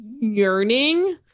yearning